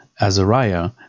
Azariah